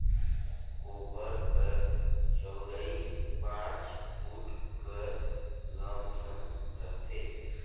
कोपर कर चउड़ई पाँच फुट कर लमसम रहथे